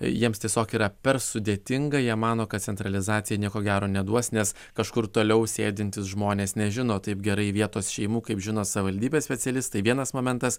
jiems tiesiog yra per sudėtinga jie mano kad centralizacija nieko gero neduos nes kažkur toliau sėdintys žmonės nežino taip gerai vietos šeimų kaip žino savivaldybės specialistai vienas momentas